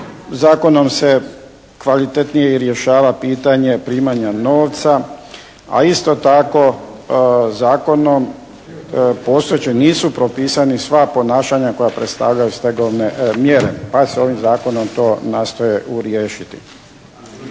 Zakonom se kvalitetnije i rješava pitanje primanja novca. A isto tako zakonom postojećim nisu propisana sva ponašanja koja predstavljaju stegovne mjere, pa se ovim zakonom to nastoji riješiti.